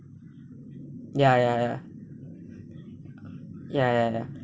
ya ya ya ya ya ya